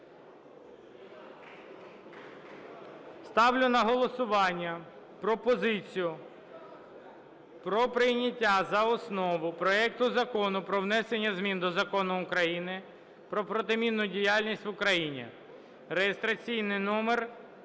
Ставлю на голосування пропозицію про прийняття за основу проекту Закону про внесення змін до Закону України "Про протимінну діяльність в Україні" (реєстраційний номер